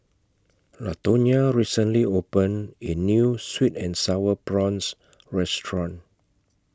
Latonya recently opened A New Sweet and Sour Prawns Restaurant